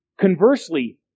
conversely